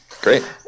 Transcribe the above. Great